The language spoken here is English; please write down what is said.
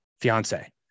fiance